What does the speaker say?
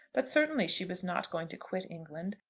but certainly she was not going to quit england,